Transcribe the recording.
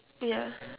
yeah